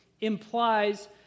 implies